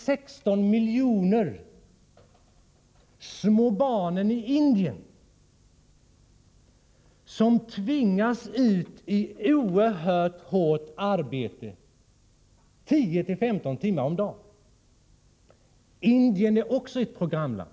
Sexton miljoner små barn i Indien tvingas ut i oerhört hårt arbete 10-15 timmar per dag. Indien är också ett programland.